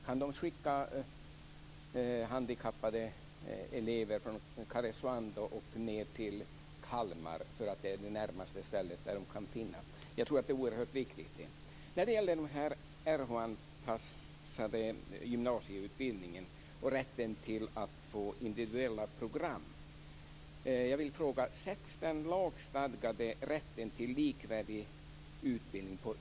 Kan de skicka handikappade elever från Karesuando ned till Kalmar därför att det är det närmaste stället de kan finna? Detta är alltså mycket viktigt.